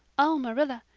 oh, marilla,